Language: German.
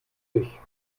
dich